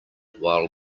while